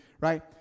right